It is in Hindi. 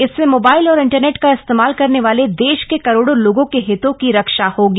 इससे मोबाइल और इंटरनेट का इस्तेमाल करने वाले देश के करोड़ों लोगों के हितों की रक्षा होगी